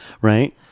Right